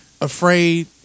Afraid